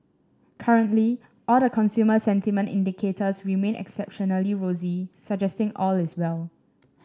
currently all the consumer sentiment indicators remain exceptionally rosy suggesting all is well